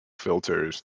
filters